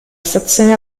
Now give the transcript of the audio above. stazione